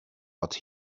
what